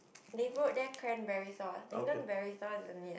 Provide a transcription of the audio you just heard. they wrote their cranberry sauce lingonberry sauce is only at